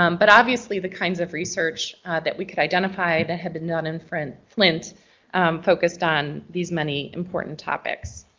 um but obviously the kinds of research that we could identify that had been done in flint flint focused on these many important topics.